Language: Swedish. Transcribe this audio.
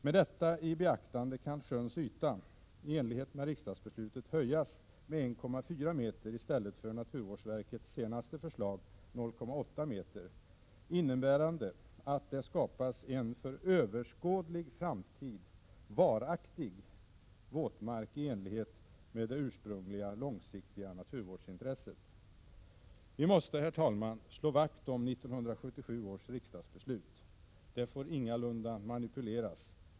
Med beaktande av detta kan sjöns yta, i enlighet med riksdagsbeslutet, höjas med 1,4 meter i stället för med naturvårdsverkets senast föreslagna 0,8 meter, innebärande att det skapas en för överskådlig framtid varaktig våtmark i enlighet med det ursprungliga långsiktiga naturvårdsintresset. Vi måste, herr talman, slå vakt om 1977 års riksdagsbeslut. Det får inte manipuleras.